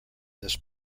this